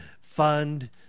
fund